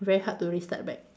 very hard to restart back